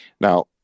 Now